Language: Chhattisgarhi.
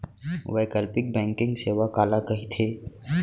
वैकल्पिक बैंकिंग सेवा काला कहिथे?